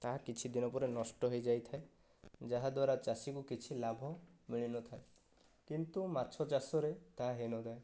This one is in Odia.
ତାହା କିଛିଦିନ ପରେ ନଷ୍ଟ ହୋଇଯାଇଥାଏ ଯାହାଦ୍ୱାରା ଚାଷୀକୁ କିଛି ଲାଭ ମିଳିନଥାଏ କିନ୍ତୁ ମାଛ ଚାଷରେ ତାହା ହୋଇନଥାଏ